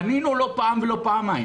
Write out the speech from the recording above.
פנינו לא פעם ולא פעמיים